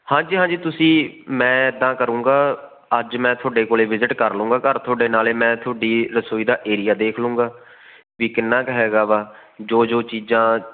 ਹਾਂਜੀ ਹਾਂਜੀ ਤੁਸੀਂ ਮੈਂ ਇੱਦਾਂ ਕਰੂੰਗਾ ਅੱਜ ਮੈਂ ਤੁਹਾਡੇ ਕੋਲ ਵਿਜਿਟ ਕਰ ਲੂੰਗਾ ਘਰ ਤੁਹਾਡੇ ਨਾਲ ਮੈਂ ਤੁਹਾਡੀ ਰਸੋਈ ਦਾ ਏਰੀਆ ਦੇਖ ਲੂੰਗਾ ਵੀ ਕਿੰਨਾ ਕੁ ਹੈਗਾ ਵਾ ਜੋ ਜੋ ਚੀਜ਼ਾਂ